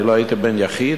אני לא הייתי בן יחיד,